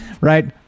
Right